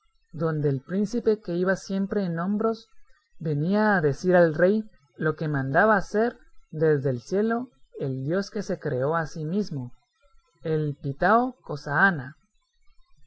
donde el príncipe que iba siempre en hombros venía a decir al rey loque mandaba hacer desde el cielo el dios que se creó a sí mismo el pitao cozaana